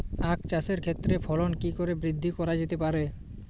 আক চাষের ক্ষেত্রে ফলন কি করে বৃদ্ধি করা যেতে পারে?